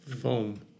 foam